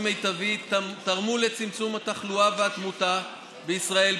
מיטבי תרמו לצמצום התחלואה והתמותה בישראל,